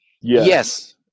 yes